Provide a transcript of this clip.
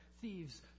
thieves